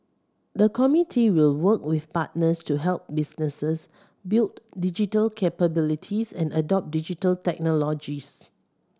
the committee will work with partners to help businesses build digital capabilities and adopt Digital Technologies